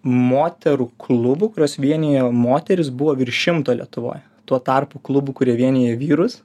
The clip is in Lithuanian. moterų klubų kuriuos vienija moterys buvo virš šimto lietuvoj tuo tarpu klubų kurie vienija vyrus